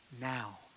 Now